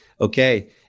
Okay